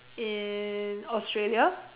in Australia